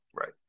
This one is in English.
Right